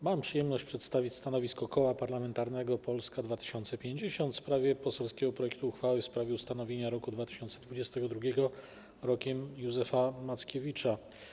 Mam przyjemność przedstawić stanowisko Koła Parlamentarnego Polska 2050 w sprawie poselskiego projektu uchwały w sprawie ustanowienia roku 2022 Rokiem Józefa Mackiewicza.